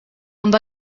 amb